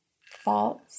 False